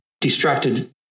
distracted